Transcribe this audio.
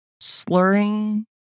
slurring